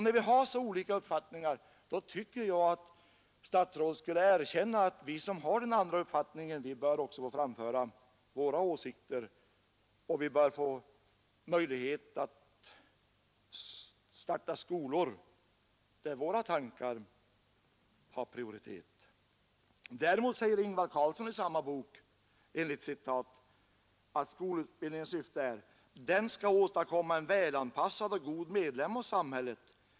När vi har så olika uppfattningar tycker jag att statsrådet skulle erkänna att vi som har den å bör få framföra våra åsikter och ha möjlighet andra uppfattningen o att starta skolor där våra tankar har prioritet. Däremot säger Ingvar Carlsson i samma bok att skolutbildningens ”Den skall åstadkomma en välanpassad och god syfte är följande: medlem av samhället.